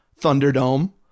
Thunderdome